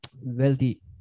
wealthy